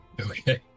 Okay